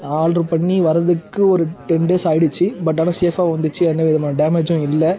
order பண்ணி வரதுக்கு ஒரு டென் டேஸ் ஆயிடிச்சி பட் ஆனா சேஃப்பாக வந்துச்சு எந்தவிதமான டேமேஜும் இல்லை